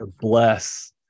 Bless